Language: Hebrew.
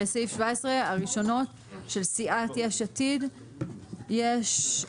ההסתייגויות הראשונות הן לפני סעיף 17. חד"ש-תע"ל.